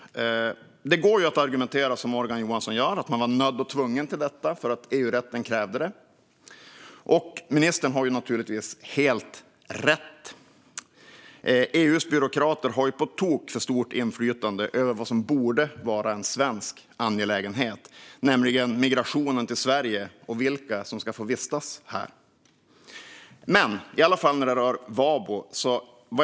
Det går att argumentera som Morgan Johansson gör, det vill säga att man var nödd och tvungen därför att EU-rätten krävde det. Ministern har naturligtvis helt rätt. EU:s byråkrater har på tok för stort inflytande över vad som borde vara en svensk angelägenhet, nämligen migrationen till Sverige och vilka som ska få vistas här. Låt oss gå vidare i frågan om VABO.